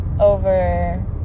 over